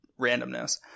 randomness